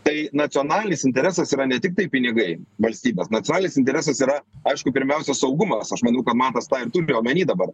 tai nacionalinis interesas yra ne tiktai pinigai valstybės nacionalinis interesas yra aišku pirmiausia saugumas aš manau kad matas tą ir turi omeny dabar